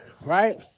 right